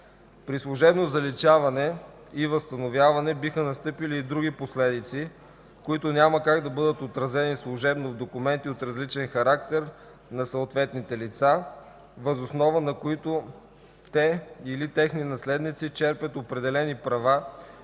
При служебно заличаване и възстановяване биха настъпили и други последици, които няма как да бъдат отразени служебно в документи от различен характер на съответните лица, въз основа на които те или техни наследници черпят определени права,